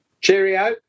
Cheerio